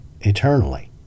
eternally